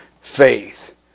faith